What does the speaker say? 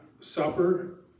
supper